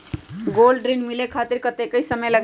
Gold ऋण मिले खातीर कतेइक समय लगेला?